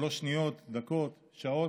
שלוש שניות, דקות, שעות,